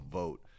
vote